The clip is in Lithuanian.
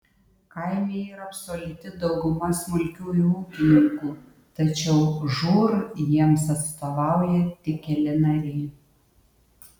kaime yra absoliuti dauguma smulkiųjų ūkininkų tačiau žūr jiems atstovauja tik keli nariai